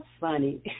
funny